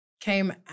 came